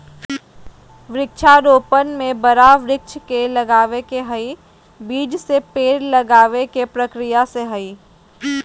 वृक्षा रोपण में बड़ा वृक्ष के लगावे के हई, बीज से पेड़ लगावे के प्रक्रिया से हई